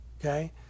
okay